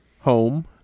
home